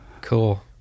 Cool